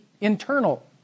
internal